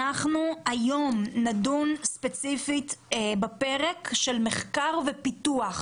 היום אנחנו נדון ספציפית בפרק של מחקר ופיתוח